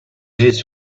his